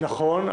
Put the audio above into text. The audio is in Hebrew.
נכון,